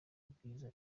bwiza